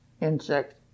Insects